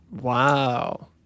Wow